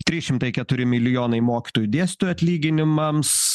trys šimtai keturi milijonai mokytojų dėstytojų atlyginimams